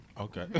Okay